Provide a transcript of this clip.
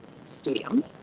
stadium